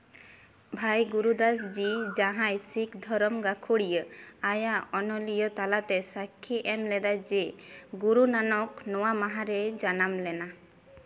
ᱵᱷᱟᱭ ᱜᱩᱨᱩᱫᱟᱥ ᱡᱤ ᱡᱟᱦᱟᱸᱭ ᱥᱤᱠᱷ ᱫᱷᱚᱨᱚᱢ ᱜᱟᱠᱷᱩᱲᱤᱭᱟᱹ ᱟᱭᱟᱜ ᱚᱱᱚᱞᱤᱭᱟᱹ ᱛᱟᱞᱟᱛᱮ ᱥᱟᱠᱠᱷᱤ ᱮᱢ ᱞᱮᱫᱟᱭ ᱡᱮ ᱜᱩᱨᱩ ᱱᱟᱱᱚᱠ ᱱᱚᱣᱟ ᱢᱟᱦᱟ ᱨᱮᱭ ᱡᱟᱱᱟᱢ ᱞᱮᱱᱟ